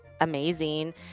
amazing